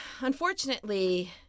unfortunately